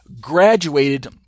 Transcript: graduated